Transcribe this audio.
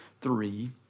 three